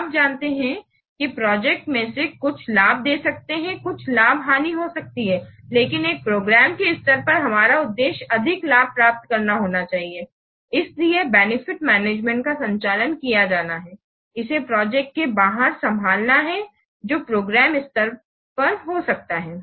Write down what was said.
आप जानते हैं कि प्रोजेक्ट में से कुछ लाभ दे सकते हैं कुछ लाभ हानि हो सकती है लेकिन एक प्रोग्राम के स्तर पर हमारा उद्देश्य अधिक लाभ प्राप्त करना होना चाहिए इसीलिए बेनिफिट मैनेजमेंट का संचालन किया जाना है इसे प्रोजेक्ट के बाहर संभालना है जो प्रोग्राम स्तर पर हो सकता है